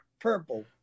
purple